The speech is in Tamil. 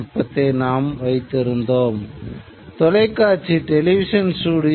பின்னர் ஒரு கம்பி மூலம் அதை வீட்டிற்குள் இருக்கும் தொலைக்காட்சிப் பொட்டிக்கு அனுப்பும்